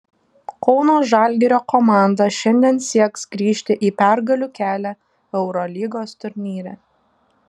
kauno žalgirio komanda šiandien sieks grįžti į pergalių kelią eurolygos turnyre